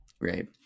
Right